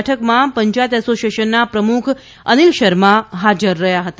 બેઠકમાં પંચાયત એસોસિએશનના પ્રમુખ અનિલ શર્મા હાજર રહ્યા હતા